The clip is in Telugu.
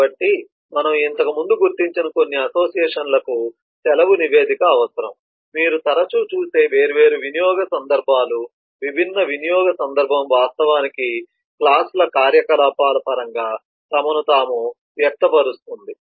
కాబట్టి మనము ఇంతకుముందు గుర్తించిన కొన్ని అసోసియేషన్లకు సెలవు నివేదిక అవసరం మీరు తరచూ చూసే వేర్వేరు వినియోగ సందర్భాలు విభిన్న వినియోగ సందర్భం వాస్తవానికి క్లాస్ ల కార్యకలాపాల పరంగా తమను తాము వ్యక్తపరుస్తుంది